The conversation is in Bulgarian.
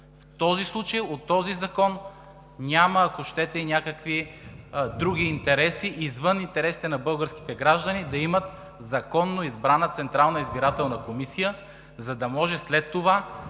В този случай от този закон няма, ако щете и някакви други интереси извън интересите на българските граждани, да имат законно избрана Централна избирателна